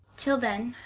till then,